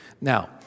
Now